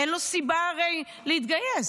אין לו סיבה הרי להתגייס.